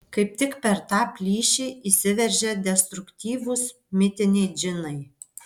kaip tik per tą plyšį įsiveržia destruktyvūs mitiniai džinai